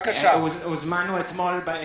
הוזמנו אתמול בערב.